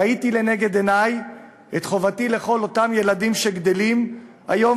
ראיתי לנגד עיני את חובתי לכל אותם ילדים שגדלים היום